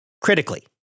Critically